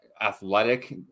athletic